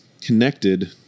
connected